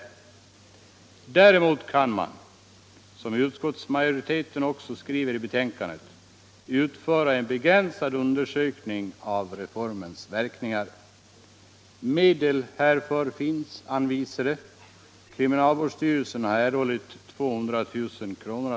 I Däremot kan man, som utskottsmajoriteten också skriver i betänkan de utföra en begränsad undersökning av reformens verkningar. Medel ärför finns också anvisade. Kriminalvårdsstyrelsen har erhållit 200 000 kir.